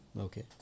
okay